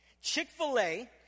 Chick-fil-A